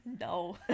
no